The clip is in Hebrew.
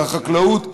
והחקלאות,